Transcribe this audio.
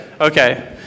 Okay